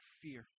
fear